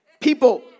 People